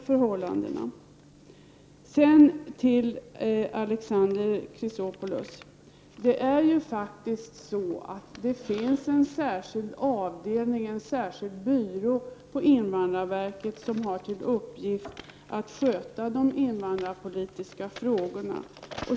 Sedan vänder jag mig till Alexander Chrisopoulos. Det finns en särskild byrå inom invandrarverket som har till uppgift att sköta de invandrarpolitiska frågorna.